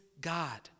God